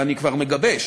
ואני כבר מגבש,